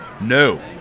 No